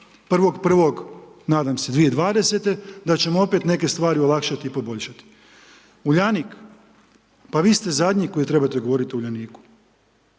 odnosno 1.1. nadam se 2020. da ćemo opet neke stvari olakšati i poboljšati. Uljanik, pa vi ste zadnji koji trebate govoriti o Uljaniku.